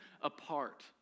apart